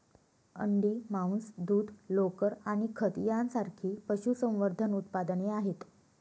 अंडी, मांस, दूध, लोकर आणि खत यांसारखी पशुसंवर्धन उत्पादने आहेत